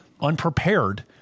unprepared